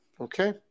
Okay